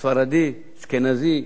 ספרדי, אשכנזי,